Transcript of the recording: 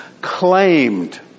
claimed